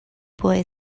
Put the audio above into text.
boy